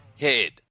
head